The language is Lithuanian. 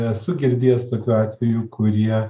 esu girdėjęs tokių atvejų kurie